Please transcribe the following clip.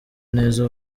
neza